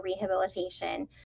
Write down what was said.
rehabilitation